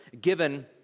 given